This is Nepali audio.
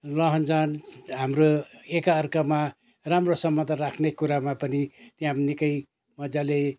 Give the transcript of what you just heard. लहन जहन हाम्रो एकाअर्कामा राम्रो सम्बन्ध राख्ने कुरामा पनि त्यहाँ निकै मज्जाले